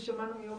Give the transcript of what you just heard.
אני סיימתי.